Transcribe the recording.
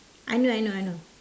I know I know I know